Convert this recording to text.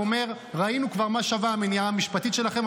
הוא אומר: ראינו כבר מה שווה המניעה המשפטית שלכם,